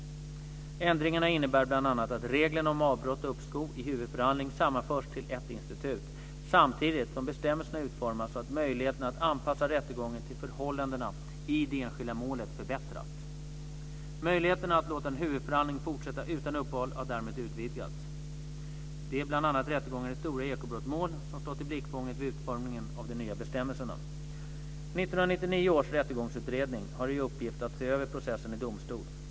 Ändringarna innebär bl.a. att reglerna om avbrott och uppskov i huvudförhandling sammanförts till ett institut, samtidigt som bestämmelserna utformats så att möjligheterna att anpassa rättegången till förhållandena i det enskilda målet förbättrats. Möjligheten att låta en huvudförhandling fortsätta utan uppehåll har därmed utvidgats. Det är bl.a. rättegångar i stora ekobrottsmål som stått i blickfånget vid utformningen av de nya bestämmelserna. 1999 års rättegångsutredning har i uppgift att se över processen i domstol.